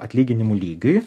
atlyginimų lygiui